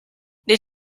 did